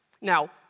Now